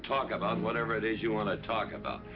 talk about whatever it is you want to talk about?